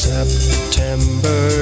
September